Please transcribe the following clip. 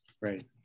Right